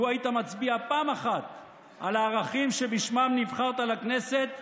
לו היית מצביע פעם אחת על הערכים שבשמם נבחרת לכנסת,